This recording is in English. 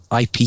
ip